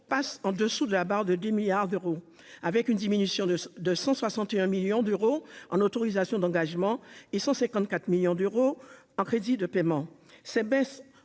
passe en dessous de la barre de 10 milliards d'euros avec une diminution de, de 161 millions d'euros en autorisations d'engagement et 154 millions d'euros en crédits de paiement ces baisses